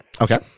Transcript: Okay